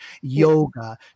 Yoga